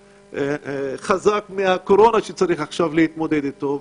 חזק מהקורונה שצריך עכשיו להתמודד איתו,